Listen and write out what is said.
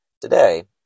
Today